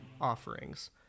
offerings